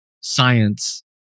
science